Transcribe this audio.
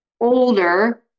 older